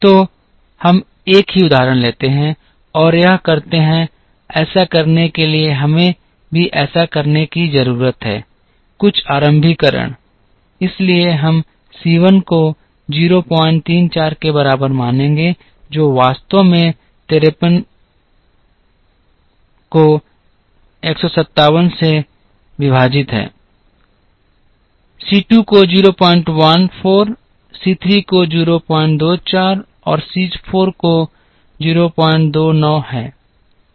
तो हम एक ही उदाहरण लेते हैं और यह करते हैं ऐसा करने के लिए हमें भी ऐसा करने की जरूरत है कुछ आरंभीकरण इसलिए हम C 1 को 034 के बराबर मानेंगे जो वास्तव में 53 को 157 से विभाजित है C 2 को 014 C 3 को 024 और C 4 को 029 है